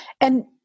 And-